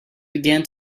began